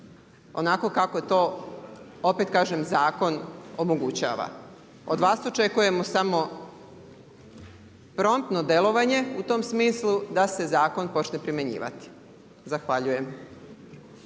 onako kako je to opet kažem zakon omogućava. Od vas očekujemo samo promptno djelovanje, u tom smislu, da se zakon počne primjenjivati. Zahvaljujem.